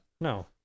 No